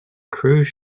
cruise